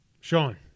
Sean